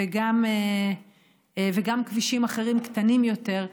וגם כבישים אחרים, קטנים יותר.